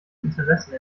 interessen